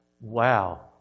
Wow